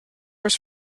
was